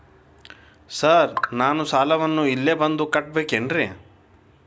Sir ನಾನು ಸಾಲವನ್ನು ಇಲ್ಲೇ ಬಂದು ಕಟ್ಟಬೇಕೇನ್ರಿ?